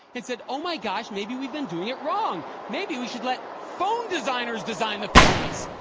and said, oh my gosh, maybe we've been doing it wrong. maybe we should let phone designers design the phones.